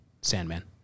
Sandman